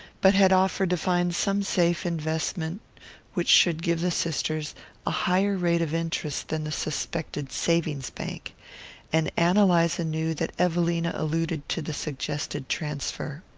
but had offered to find some safe investment which should give the sisters a higher rate of interest than the suspected savings bank and ann eliza knew that evelina alluded to the suggested transfer.